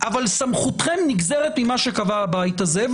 אבל סמכותכם נגזרת ממה שקבע הבית הזה,